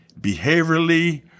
behaviorally